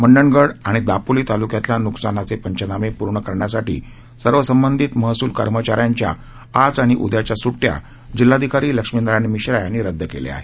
मंडणगड आणि दापोली तालुक्यातल्या नुकसानाचे पंचनामे पूर्ण करण्यासाठी सर्व संबंधित महसूल कर्मचाऱ्यांच्या आज आणि उद्याच्या सुट्टया जिल्हाधिकारी लक्ष्मीनारायण मिश्रा यांनी रदद केल्या आहेत